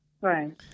right